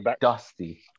dusty